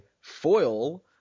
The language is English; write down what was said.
foil